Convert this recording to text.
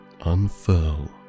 unfurl